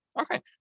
Okay